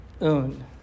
un